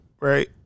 right